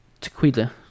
tequila